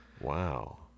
Wow